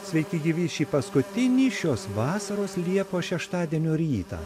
sveiki gyvi šį paskutinį šios vasaros liepos šeštadienio rytą